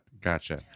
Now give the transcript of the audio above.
Gotcha